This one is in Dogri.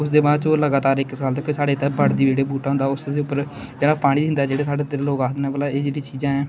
उसदे बाद च ओह् लगातार इक साल तक्कर साढ़े इत्थै बड़ दी जेह्ड़ा बूह्टा होंदा उसदे उप्पर जेह्ड़ा पानी दिंदा जेह्ड़ा साढ़े इद्धर दे लोक आखदे न भला ऐ जेह्ड़ी चीजां ऐं